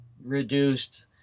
reduced